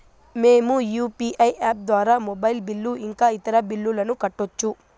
మేము UPI app ద్వారా mobile bill ఇంకా ఇతర బిల్లులను కట్టొచ్చు